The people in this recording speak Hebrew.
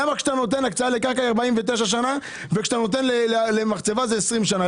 למה לקרקע אתה נותן הקצאה ל-49 שנה ולמחצבה רק ל-20 שנה?